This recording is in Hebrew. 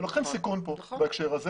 לוקחים סיכון בהקשר הזה